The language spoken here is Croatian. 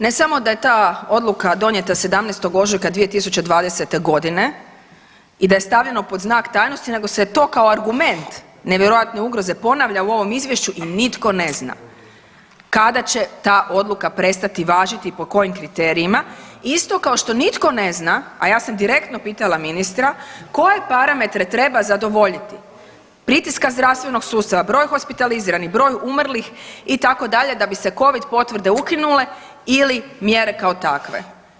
Ne samo da je ta odluka donijeta 17. ožujka 2020. g. i da je stavljeno pod znak tajnosti, nego se to kao argument nevjerojatne ugroze ponavlja u ovom Izvješću i nitko ne zna kada će ta odluka prestati važiti i po kojim kriterijima, isto kao što nitko ne zna, a ja sam direktno pitala ministra, koje parametre treba zadovoljiti pritiska zdravstvenog sustava, broj hospitaliziranih, broj umrlih, itd., da bi se Covid potvrde ukinule ili mjere kao takve.